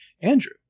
Andrew